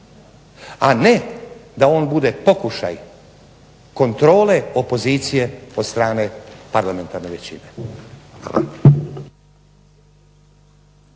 a ne da on bude pokušaj kontrole opozicije od strane parlamentarne većine.